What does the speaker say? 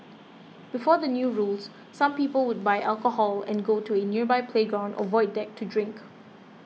before the new rules some people would buy alcohol and go to a nearby playground or void deck to drink